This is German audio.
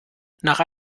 nach